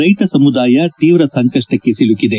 ರೈತ ಸಮುದಾಯ ತೀವ್ರ ಸಂಕಷ್ಟಕ್ಕೆ ಸಿಲುಕಿದೆ